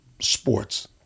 sports